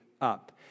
up